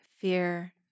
fear